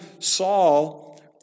Saul